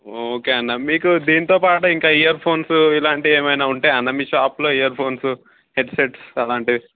okay అన్న మీకు దీంతో పాటు ఇంకా ఇయర్ఫోన్స్ ఇలాంటివి ఏమన్న ఉంటాయా అన్న మీ షాప్లో ఇయర్ఫోన్స్ హెడ్సెట్స్ అలాంటివి